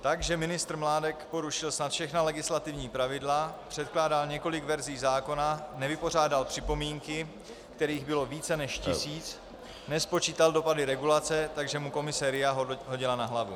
Takže ministr Mládek porušil snad všechna legislativní pravidla, předkládal několik verzí zákona, nevypořádal připomínky, kterých bylo více než tisíc, nespočítal dopady regulace, takže mu Komise RIA hodila na hlavu.